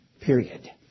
period